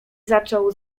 zaczął